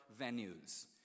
venues